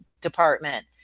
department